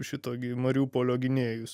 šito gi mariupolio gynėjus